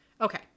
Okay